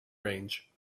range